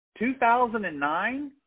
2009